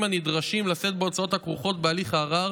הנדרשים לשאת בהוצאות הכרוכות בהליך הערר